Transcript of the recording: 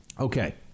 Okay